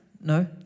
No